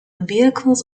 vehicles